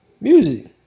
Music